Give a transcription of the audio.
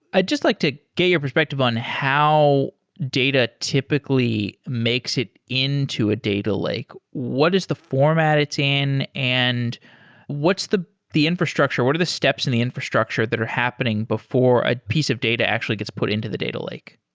i just like to get your perspective on how data typically makes it into a data lake. what is the format it's in and what's the the infrastructure? what are the steps in the infrastructure that are happening before a piece of data actually gets put into the data lake?